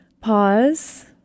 pause